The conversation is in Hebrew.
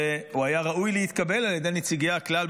והוא היה ראוי להתקבל על ידי נציגי הכלל,